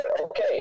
Okay